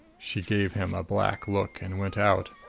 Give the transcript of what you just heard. she gave him a black look and went out.